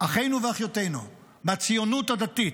אחינו ואחיותינו מהציונות הדתית,